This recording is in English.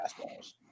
fastballs